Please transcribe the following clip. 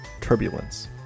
Turbulence